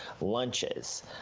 lunches